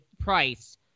Price